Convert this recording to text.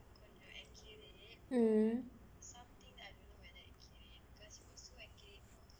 hmm